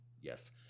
Yes